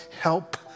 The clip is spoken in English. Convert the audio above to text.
help